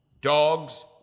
Dogs